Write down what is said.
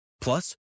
Plus